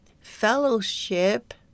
fellowship